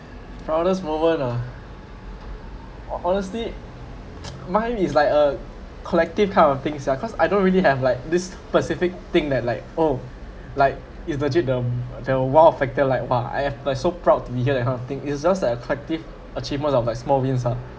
proudest moment ah ho~ honestly mine is like a collective kind of things yeah cause I don't really have like this specific thing that like oh like it's legit them the !wow! factor like !wah! I have I so proud to be here that kind of thing it is just that a collective achievements of like small wins ah